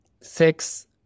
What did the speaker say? six